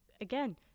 again